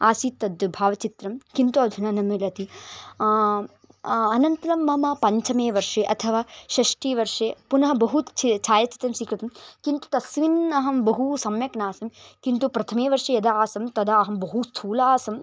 आसीत् तद् भावचित्रं किन्तु अधुना न मिलति अनन्तरं मम पञ्चमे वर्षे अथवा षष्ठे वर्षे पुनः बहु छ् छायाचित्रं स्वीकृतं किन्तु तस्मिन् अहं बहु सम्यक् न आसं किन्तु प्रथमे वर्षे यदा आसं तदा अहं बहु स्थूला आसं